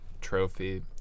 Trophy